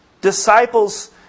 Disciples